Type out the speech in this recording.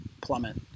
plummet